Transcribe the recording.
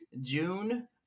June